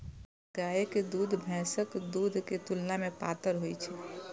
गायक दूध भैंसक दूध के तुलना मे पातर होइ छै